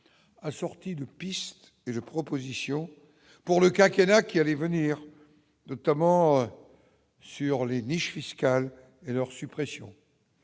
a sorti de piste et de propositions pour le quinquennat qui allait venir, notamment sur les niches fiscales et leur suppression